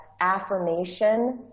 affirmation